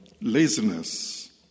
laziness